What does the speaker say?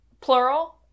Plural